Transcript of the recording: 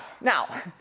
Now